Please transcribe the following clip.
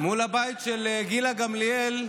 מול הבית של גילה גמליאל,